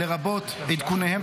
לרבות בעדכוניהם,